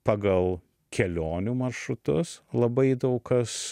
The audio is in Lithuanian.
pagal kelionių maršrutus labai daug kas